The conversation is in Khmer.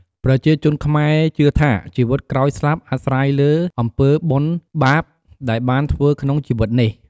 ប្រជាជនខ្មែរជឿថា ជីវិតក្រោយស្លាប់អាស្រ័យលើអំពើបុណ្យបាបដែលបានធ្វើក្នុងជីវិតនេះ។